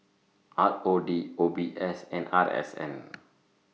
R O D O B S and R S N